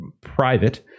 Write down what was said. private